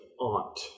aunt